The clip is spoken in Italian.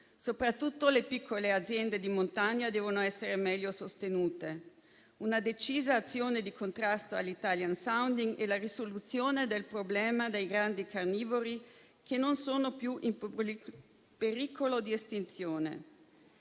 Soprattutto le piccole aziende di montagna devono essere meglio sostenute. Una decisa azione di contrasto all'*italian sounding* e la risoluzione del problema dei grandi carnivori, che non sono più in pericolo di estinzione.